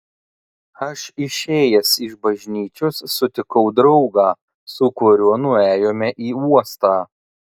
aš išėjęs iš bažnyčios sutikau draugą su kuriuo nuėjome į uostą